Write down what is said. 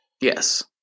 yes